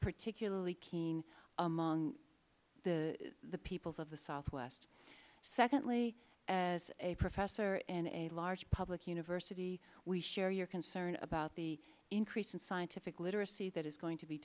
particularly keen among the peoples of the southwest secondly as a professor in a large public university we share your concern about the increase in scientific literacy that is going to be